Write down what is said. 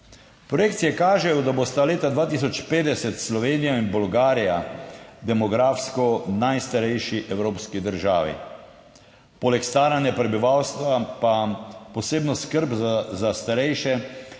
Projekcije kažejo, da bosta leta 2050 Slovenija in Bolgarija demografsko najstarejši evropski državi. Poleg staranja prebivalstva pa posebno skrb za starejše